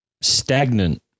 stagnant